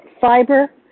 fiber